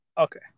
Okay